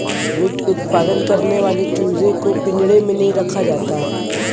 meet उत्पादन करने वाले चूजे को पिंजड़े में नहीं रखा जाता